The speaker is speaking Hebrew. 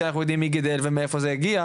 כשאנחנו יודעים מי גידל את זה ומאיפה זה הגיע,